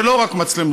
ולא רק מצלמות,